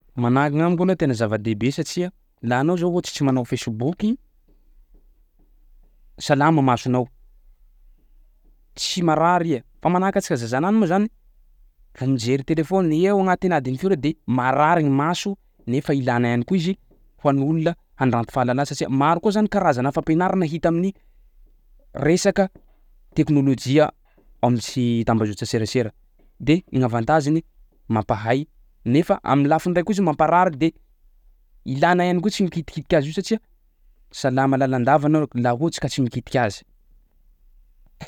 Mnahaky gny amiko aloha tena zava-dehibe satsia laha anao zao ohatsy tsy manao facebooky salama masonao, tsy marary iha. Fa manahaka antsika zaza anany moa zany vao mijery telefaony eo agnatin'ny adint firy eo de marary gny maso nefa ilana ihany koa izy ho an'olona handranto fahalala satsia maro koa zany karazana fampianarana hita amin'ny resaka teknôlôjia am- sy tambazotra serasera de gny avantage-ny mampahay befa am'lafiny ray koa izy mampaharary de ilana ihany koa tsy mikitikitika azy io satsia salama lalandava anao laha ohatsy ka tsy mikitiky azy.